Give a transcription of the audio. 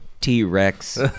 T-Rex